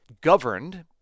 governed